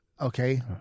Okay